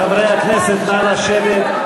חברי הכנסת, נא לשבת.